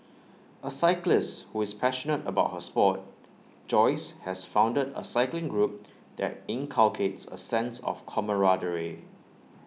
A cyclist who is passionate about her Sport Joyce has founded A cycling group that inculcates A sense of camaraderie